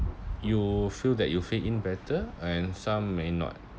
you feel that you fit in better and some may not